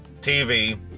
TV